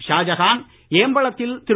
ஷாஜகான் ஏம்பலத்தில் திரு